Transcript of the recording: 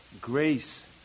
grace